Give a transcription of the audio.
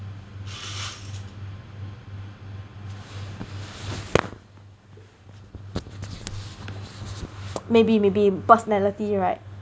maybe maybe personality right